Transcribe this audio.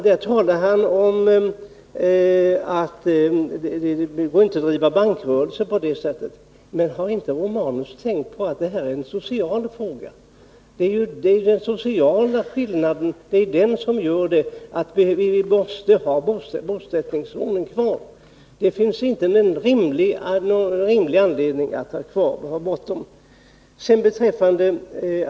Då talar han om att det inte går att driva bankrörelse på det här sättet, men har han inte tänkt på att detta är en social fråga? Det är den sociala skillnaden som gör att vi måste ha bosättningslånen kvar. Det finns inte någon rimlig anledning att ta bort dem.